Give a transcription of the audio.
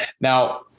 Now